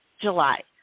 July